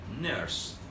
nurse